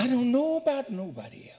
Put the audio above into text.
i don't know about nobody